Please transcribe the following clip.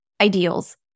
ideals